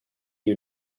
you